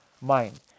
mind